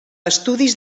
estudis